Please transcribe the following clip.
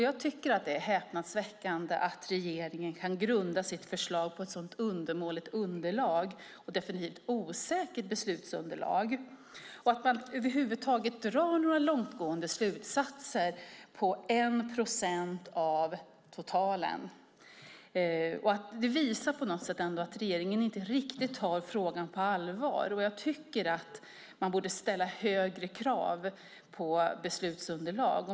Jag tycker att det är häpnadsväckande att regeringen kan grunda sitt förslag på ett så undermåligt och definitivt osäkert beslutsunderlag och att man över huvud taget drar några långtgående slutsatser utifrån 1 procent av totalen. Det visar på något sätt att regeringen inte riktigt tar frågan på allvar, och jag tycker att man borde ställa högre krav på beslutsunderlag.